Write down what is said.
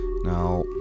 Now